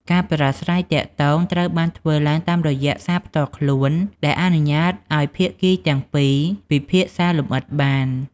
ការប្រាស្រ័យទាក់ទងត្រូវបានធ្វើឡើងតាមរយៈសារផ្ទាល់ខ្លួន ដែលអនុញ្ញាតឱ្យភាគីទាំងពីរពិភាក្សាលម្អិតបាន។